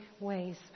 ways